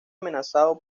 amenazado